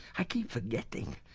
i keep forgetting.